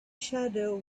shadow